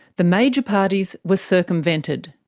the major parties were circumvented.